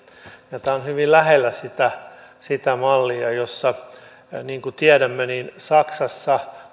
tämä on hyvin lähellä sitä sitä mallia oppisopimusjärjestelmää joka niin kuin tiedämme saksassa